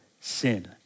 sin